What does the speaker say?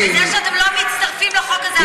בזה שאתם לא מצטרפים לחוק הזה, אתם הפחדנים.